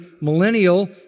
millennial